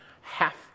half